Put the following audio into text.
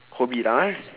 hobby lah eh